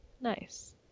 Nice